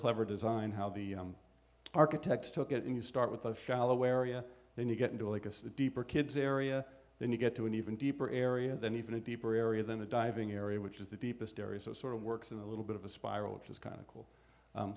clever design how the architects took it and you start with a shallow area then you get into like a deeper kid's area then you get to an even deeper area than even a deeper area than a diving area which is the deepest area so sort of works in a little bit of a spiral which is kind of cool